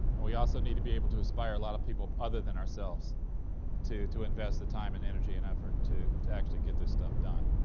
and we also need to be able to inspire a lot of people other than ourselves to to invest the time and energy and effort to to actually get this stuff done.